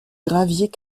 graviers